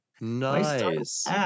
Nice